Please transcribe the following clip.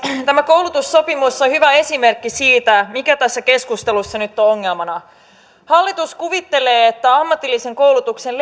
tämä koulutussopimus on hyvä esimerkki siitä mikä tässä keskustelussa nyt on ongelmana hallitus kuvittelee että ammatillisen koulutuksen